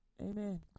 Amen